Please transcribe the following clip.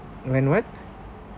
when what